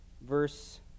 verse